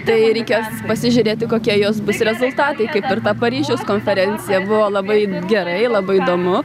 tai reikės pasižiūrėti kokie jos bus rezultatai kaip ir ta paryžiaus konferencija buvo labai gerai labai įdomu